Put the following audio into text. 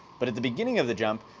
but at the beginning of the jump,